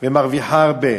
ומרוויחה הרבה,